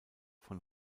von